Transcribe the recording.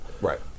Right